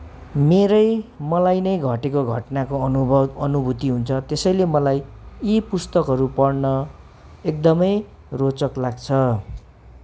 मेरै मलाई नै घटेको घटनाको अनुभव अनुभूति हुन्छ त्यसैले मलाई यी पुस्तकहरू पढ्न एकदमै रोचक लाग्छ